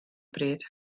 bryd